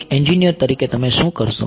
એક એન્જીનીયર તરીકે તમે શું કરશો